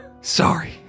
Sorry